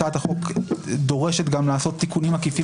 הצעת החוק דורשת גם לעשות תיקונים עקיפים